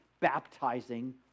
baptizing